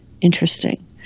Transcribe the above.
interesting